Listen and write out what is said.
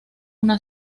una